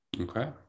Okay